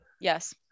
Yes